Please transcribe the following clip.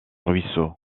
ruisseau